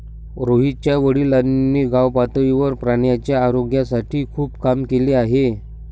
रोहितच्या वडिलांनी गावपातळीवर प्राण्यांच्या आरोग्यासाठी खूप काम केले आहे